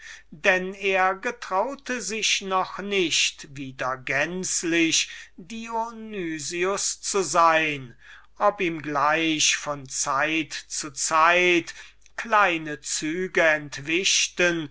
denn er getraute sich noch nicht wieder gänzlich dionysius zu sein ob ihm gleich von zeit zu zeit kleine züge entwischten